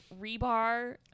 rebar